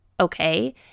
Okay